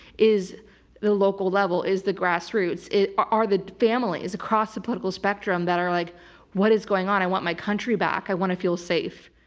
is the local level is the grassroots, are the families across the political spectrum that are like what is going on? i want my country back. i want to feel safe.